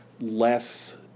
less